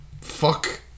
Fuck